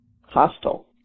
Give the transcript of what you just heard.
Hostel